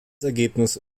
ergebnis